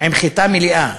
מחיטה מלאה.